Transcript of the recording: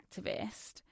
activist